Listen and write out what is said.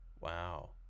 Wow